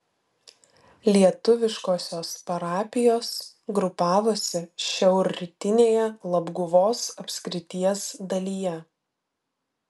lietuviškosios parapijos grupavosi šiaurrytinėje labguvos apskrities dalyje